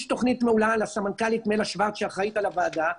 הגישו תוכנית מעולה לסמנכ"לית מלה שוורץ שאחראית על הוועדה,